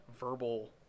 verbal